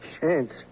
chance